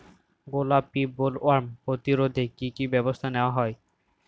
গোলাপী বোলওয়ার্ম প্রতিরোধে কী কী ব্যবস্থা নেওয়া হয়?